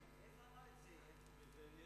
איפה הוא אמר את זה?